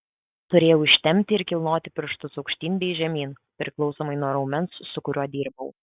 turėjau ištempti ir kilnoti pirštus aukštyn bei žemyn priklausomai nuo raumens su kuriuo dirbau